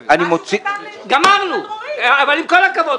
גם מה שהוצג ------ אבל עם כל הכבוד,